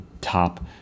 top